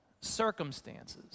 circumstances